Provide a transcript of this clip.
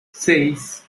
seis